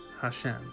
Hashem